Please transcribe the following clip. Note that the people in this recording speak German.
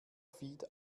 feed